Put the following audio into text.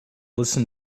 listen